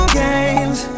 games